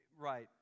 right